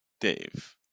Dave